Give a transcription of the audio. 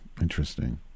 interesting